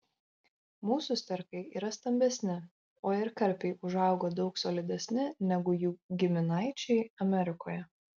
mūsų sterkai yra stambesni o ir karpiai užauga daug solidesni negu jų giminaičiai amerikoje